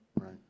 right